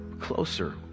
closer